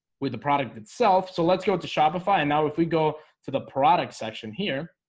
with the product itself, so let's go to shopify. and now if we go to the product section here